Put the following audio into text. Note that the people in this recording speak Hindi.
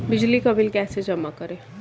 बिजली का बिल कैसे जमा करें?